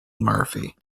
murphy